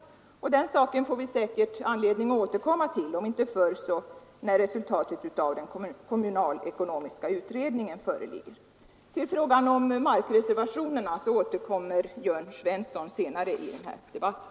Den saken får vi säkert anledning återkomma till, om inte förr så när resultatet av den kommunalekonomiska utredningen föreligger. Till frågan om markreservationerna återkommer herr Jörn Svensson senare i den här debatten.